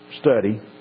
study